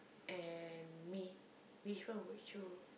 and me which one would you